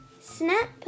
Snap